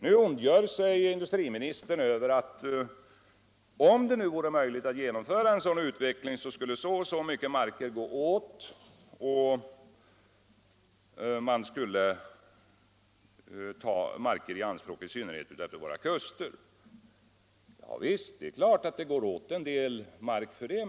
Nu ondgör sig industriministern över att om det vore möjligt att genomföra en sådan utveckling, skulle så och så mycket mark gå åt och att man skulle ta mark i anspråk i synnerhet utefter våra kuster. Ja, visst är det klart att det går åt en del mark för det.